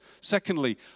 Secondly